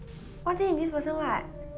what thing this wasn't what